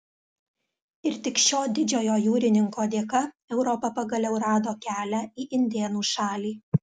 ir tik šio didžiojo jūrininko dėka europa pagaliau rado kelią į indėnų šalį